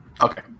Okay